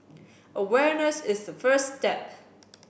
awareness is the first step